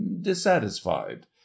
dissatisfied